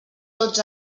tots